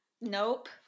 Nope